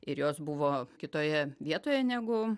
ir jos buvo kitoje vietoje negu